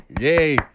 Yay